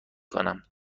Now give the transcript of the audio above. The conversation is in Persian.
کنم